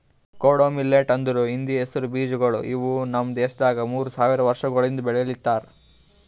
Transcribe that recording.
ಕೊಡೋ ಮಿಲ್ಲೆಟ್ ಅಂದುರ್ ಹಿಂದಿ ಹೆಸರು ಬೀಜಗೊಳ್ ಇವು ನಮ್ ದೇಶದಾಗ್ ಮೂರು ಸಾವಿರ ವರ್ಷಗೊಳಿಂದ್ ಬೆಳಿಲಿತ್ತಾರ್